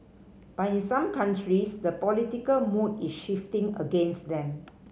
but in some countries the political mood is shifting against them